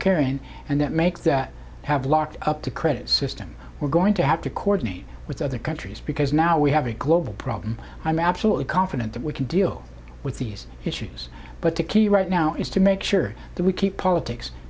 carrying and that make that have locked up the credit system we're going to have to coordinate with other countries because now we have a global problem i'm absolutely confident that we can deal with these issues but to keep it right now is to make sure that we keep politics